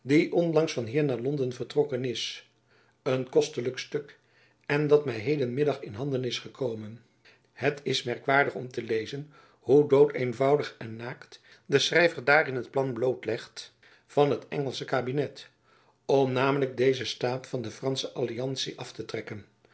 onlangs van hier naar londen vertrokken is een kostelijk stuk en dat my heden middag in handen is gekomen het is merkwaardig om te lezen hoe dood eenvoudig en naakt de schrijver daarin het plan bloot legt van het engelsche kabinet om namelijk dezen staat van de fransche alliantie af te trekken